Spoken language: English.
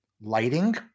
lighting